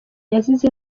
yazize